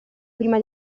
prima